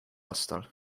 aastal